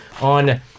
on